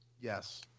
Yes